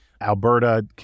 Alberta